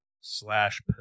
slash